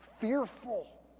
fearful